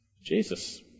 Jesus